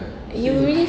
you really